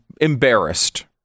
embarrassed